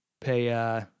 pay